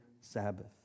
Sabbath